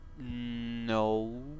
No